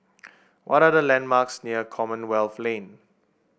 what are the landmarks near Commonwealth Lane